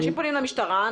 למשטרה,